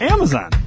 Amazon